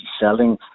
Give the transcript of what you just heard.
selling